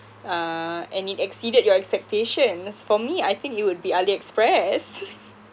uh and it exceeded your expectations for me I think it would be Aliexpress